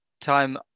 time